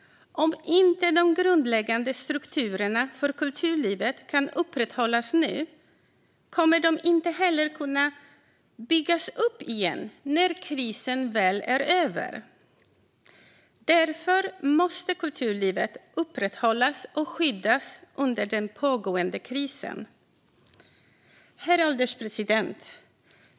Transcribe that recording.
Om inte de grundläggande strukturerna för kulturlivet kan upprätthållas nu kommer de inte att kunna byggas upp igen när krisen väl är över. Därför måste kulturlivet upprätthållas och skyddas under den pågående krisen. Herr ålderspresident!